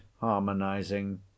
harmonizing